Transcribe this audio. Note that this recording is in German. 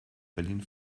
berlin